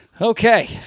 Okay